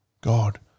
God